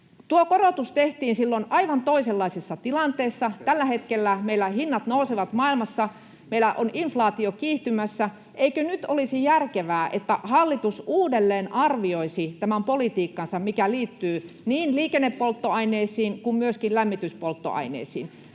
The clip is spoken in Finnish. korotus tehtiin silloin aivan toisenlaisessa tilanteessa. Tällä hetkellä meillä hinnat nousevat maailmassa ja meillä on inflaatio kiihtymässä. Eikö nyt olisi järkevää, että hallitus uudelleenarvioisi tämän politiikkansa, mikä liittyy niin liikennepolttoaineisiin kuin myöskin lämmityspolttoaineisiin?